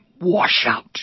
washout